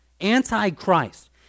anti-Christ